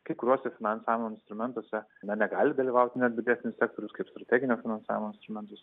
kai kuriuose finansavimo instrumentuose na negali dalyvauti nebiudžetinis sektorius kaip strateginio finansavimo instrumentas